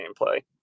gameplay